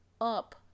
up